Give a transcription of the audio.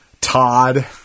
Todd